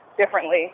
differently